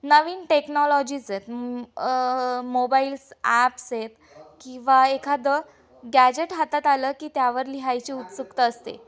नवीन technologies आहेत mobiles apps आहेत किंवा एखादं गॅजेट हातात आलं की त्यावर लिहायची उत्सुकता असते